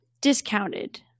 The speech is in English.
discounted